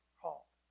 called